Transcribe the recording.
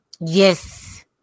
Yes